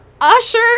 Usher